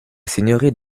seigneurie